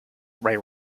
ray